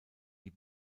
die